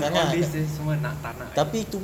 all this ni semua nak tak nak jer